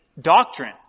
doctrine